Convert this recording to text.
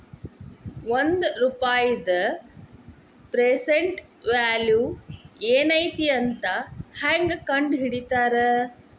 ಒಂದ ರೂಪಾಯಿದ್ present value ಏನೈತಿ ಮತ್ತ ಹೆಂಗ ಕಂಡಹಿಡಿತಾರಾ